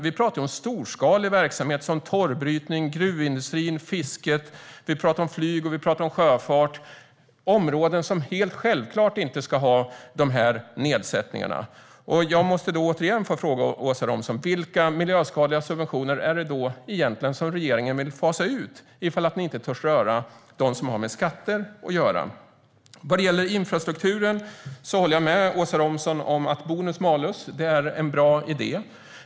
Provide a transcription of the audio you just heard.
Vi pratar om storskalig verksamhet som torvbrytning, gruvindustri, fiske, flyg och sjöfart - områden som självklart inte ska ha sådana nedsättningar. Jag måste återigen få fråga Åsa Romson: Vilka miljöskadliga subventioner vill regeringen egentligen fasa ut, ifall ni inte törs röra dem som har med skatter att göra? När det gäller infrastrukturen håller jag med Åsa Romson om att bonus malus är en bra idé.